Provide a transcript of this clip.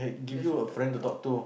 just wanted to talk